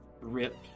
rip